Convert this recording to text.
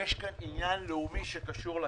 יש פה עניין לאומי שקשור לחינוך.